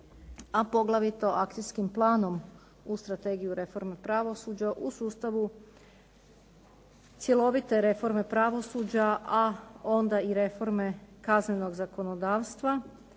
a poglavito akcijskim planom uz strategiju reforme pravosuđa u sustavu cjelovite reforme pravosuđa a onda i reforme kaznenog zakonodavstva